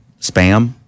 spam